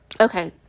Okay